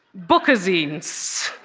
bookazines